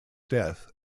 death